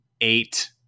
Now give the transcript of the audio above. eight